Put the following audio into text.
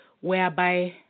whereby